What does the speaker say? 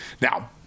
Now